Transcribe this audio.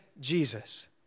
Jesus